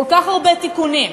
כל כך הרבה תיקונים.